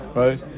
right